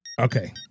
Okay